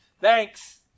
Thanks